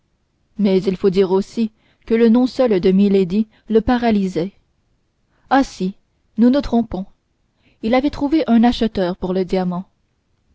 mais il faut dire aussi que le nom seul de milady le paralysait ah si nous nous trompons il avait trouvé un acheteur pour le diamant